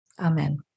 Amen